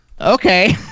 Okay